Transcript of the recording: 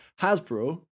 hasbro